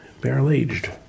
barrel-aged